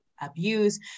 abuse